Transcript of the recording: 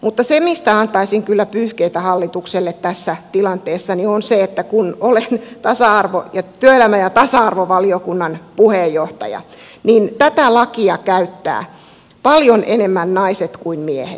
mutta mistä antaisin kyllä pyyhkeitä hallitukselle tässä tilanteessa on se että kun kolehdit tasa arvo ja työelämä ja tasa arvovaliokunnan puheenjohtajana niin siitä että tätä lakia käyttävät paljon enemmän naiset kuin miehet